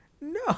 No